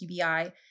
QBI